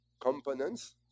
components